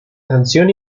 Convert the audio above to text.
canción